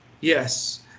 Yes